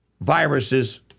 viruses